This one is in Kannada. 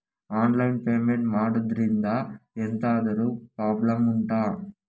ಆನ್ಲೈನ್ ಪೇಮೆಂಟ್ ಮಾಡುದ್ರಿಂದ ಎಂತಾದ್ರೂ ಪ್ರಾಬ್ಲಮ್ ಉಂಟಾ